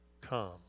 come